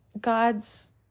God's